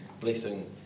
blessing